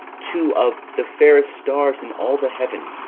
two of the fairest stars in all the heaven,